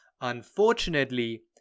Unfortunately